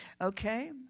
Okay